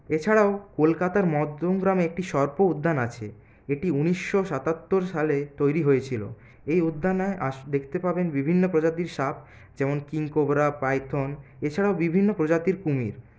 এছাড়াও কলকাতার মধ্যমগ্রামে একটি সর্প উদ্যান আছে এটি উনিশশো সাতাত্তর সালে তৈরি হয়েছিলো এই উদ্যানে আস দেখতে পাবেন বিভিন্ন প্রজাতির সাপ যেমন কিং কোবরা পাইথন এছাড়াও বিভিন্ন প্রজাতির কুমীর